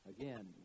Again